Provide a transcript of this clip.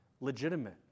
legitimate